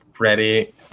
ready